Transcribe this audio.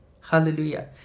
Hallelujah